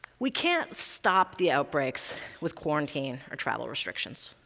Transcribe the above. we can't stop the outbreaks with quarantine or travel restrictions.